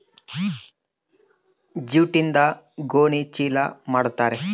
ಜೂಟ್ಯಿಂದ ಗೋಣಿ ಚೀಲ ಮಾಡುತಾರೆ